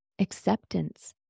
acceptance